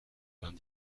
vingt